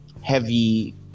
heavy